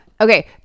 Okay